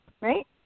right